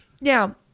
Now